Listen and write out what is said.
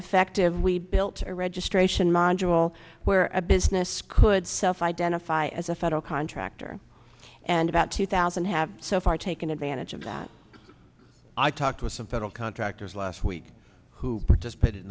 have we built a registration module where a business could self identify as a federal contractor and about two thousand have so far taken advantage of that i talked with some federal contractors last week who participated in